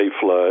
Flood